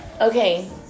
Okay